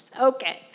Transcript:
okay